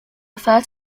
refer